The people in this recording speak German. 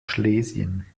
schlesien